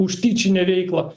už tyčinę veiklą